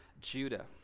Judah